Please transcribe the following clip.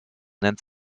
nennt